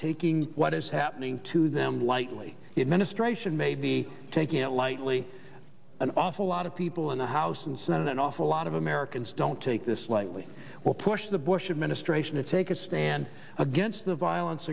taking what is happening to them lightly the administration may be taking it lightly an awful lot of people in the house and senate an awful lot of americans don't take this lightly will push the bush administration to take a stand against the violence